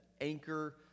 anchor